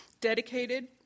Dedicated